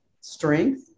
strength